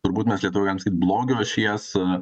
turbūt mes lietuviams kaip blogio ašies